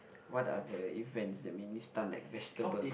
what are the events that made me stunned like vegetable